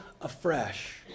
afresh